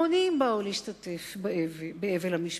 המונים באו להשתתף באבל המשפחה,